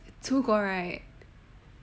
出国 right